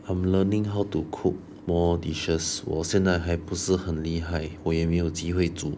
I'm learning how to cook more dishes 我现在还不是很厉害我也没有机会煮